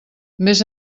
més